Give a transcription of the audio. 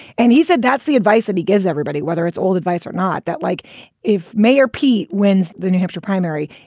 and he said that's the advice that he gives everybody, whether it's old advice or not, that like if mayor pete wins the new hampshire primary,